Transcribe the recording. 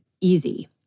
easy